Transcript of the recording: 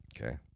okay